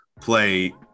play